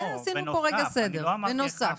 בנוסף.